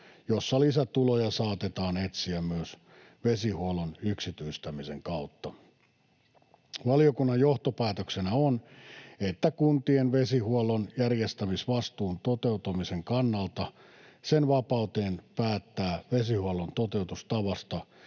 jossa lisätuloja saatetaan etsiä myös vesihuollon yksityistämisen kautta. Valiokunnan johtopäätöksenä on, että kuntien vesihuollon järjestämisvastuun toteutumisen kannalta sen vapauteen päättää vesihuollon toteutustavasta